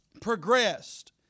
progressed